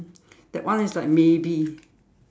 that one is like maybe